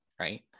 right